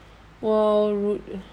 !wow!